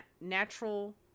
natural